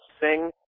sing